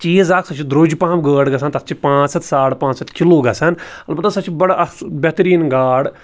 چیٖز اَکھ سۄ چھےٚ درٛوٚج پَہم گٲڈ گژھان تَتھ چھِ پانٛژھ ہَتھ ساڑ پانٛژھ ہَتھ کِلوٗ گژھان البتہ سۄ چھِ بَڑٕ اَصٕل بہتریٖن گاڈ